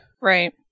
Right